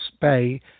Bay